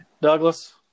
Douglas